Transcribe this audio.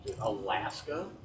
Alaska